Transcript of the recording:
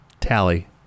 tally